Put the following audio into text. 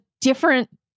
different